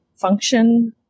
function